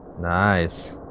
Nice